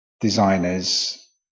designers